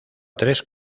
tres